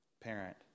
parent